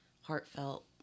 heartfelt